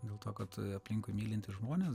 dėl to kad aplinkui mylintys žmonės